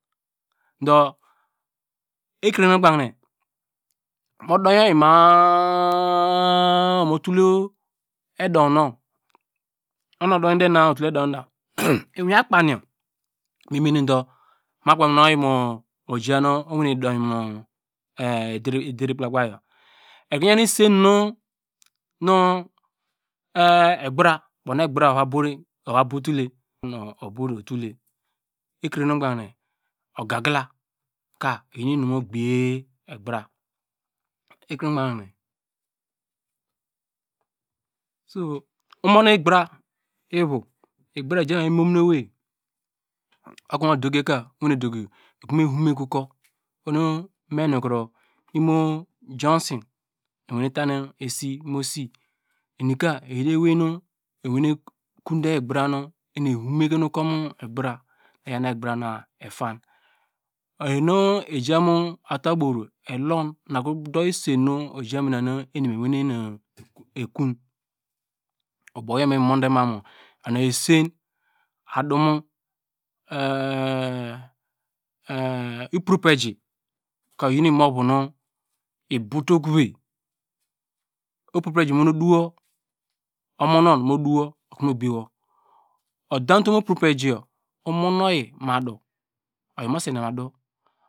Du ekro nu ogbanke mu dow oyi ma- a motul edow nu okuno odaw de utul edow nu miwin akpan yor mi meneꞌ du monu ederkpakpa ekro yan isan nu ebra ova bow tule ekrenu ogbanke ogagila ka oyi imu gbiye ebra ekrenu ogbanke so omon ibra ivo ebra ijamano wei okono mu va dukiya ka owene duki egu me vome ke ukur nu me nukro imo johnson wene tanu esi enika eyin ewei nu ekon de ebra nu eni evomeke mu okur mu egbra eyan egbara na etan enu nu ejam atu nu ejamina nu em ewane ekom ubow yor miminonde manu una esen adumo ipropoeji ka oyi nu imove nu ibow te okuve ipropoeji miwene duwo omonwon mu duwo ukri mo gbiyewo odantom upropoeji umon oyi muadu oyimu sane adu.